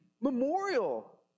memorial